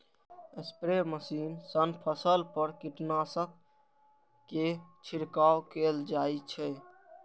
spray machine सं फसल पर कीटनाशक के छिड़काव कैल जाइ छै